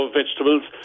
vegetables